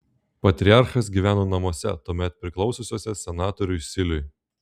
patriarchas gyveno namuose tuomet priklausiusiuose senatoriui siliui